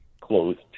closed